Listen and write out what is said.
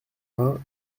vingt